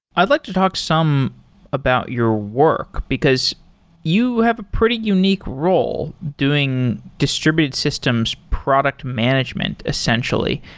i'd like to talk some about your work, because you have a pretty unique role doing distributed systems product management essentially.